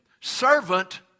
servant